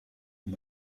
and